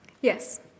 Yes